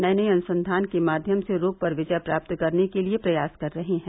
म अनुसंघान के माध्यम से रोग पर विजय प्राप्त करने के लिये प्रयास कर रहे हैं